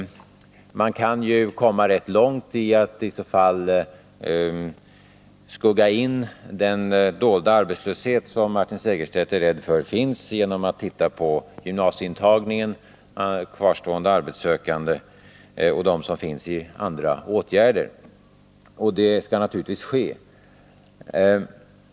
Man kan, genom att se på gymnasieintagningen, på antalet kvarstående arbetssökande och på dem som är föremål för andra åtgärder, ”skugga in” den dolda arbetslöshet som Martin Segerstedt befarar finns. Det skall naturligtvis göras.